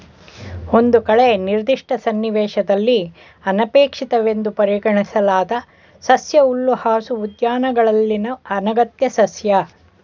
ಒಂದು ಕಳೆ ನಿರ್ದಿಷ್ಟ ಸನ್ನಿವೇಶದಲ್ಲಿ ಅನಪೇಕ್ಷಿತವೆಂದು ಪರಿಗಣಿಸಲಾದ ಸಸ್ಯ ಹುಲ್ಲುಹಾಸು ಉದ್ಯಾನಗಳಲ್ಲಿನ ಅನಗತ್ಯ ಸಸ್ಯ